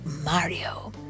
Mario